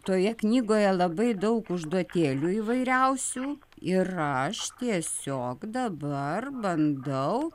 toje knygoje labai daug užduotėlių įvairiausių ir aš tiesiog dabar bandau